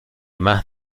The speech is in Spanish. más